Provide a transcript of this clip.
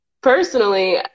personally